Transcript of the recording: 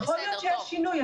בכל מקרה, זה שינוי.